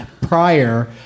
prior